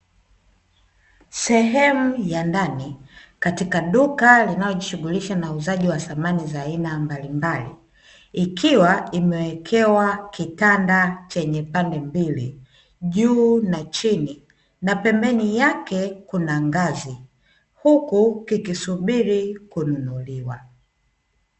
Sehemu ya ndani katika duka linalojishughulisha na uuzaji wa samani za aina mbalimbali, ikiwa imewekewa kitanda chenye pande mbili juu na chini na pembeni yake kuna ngazi huku kikisubiri kununuliwa.